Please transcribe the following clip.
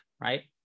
right